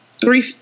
three